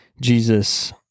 Jesus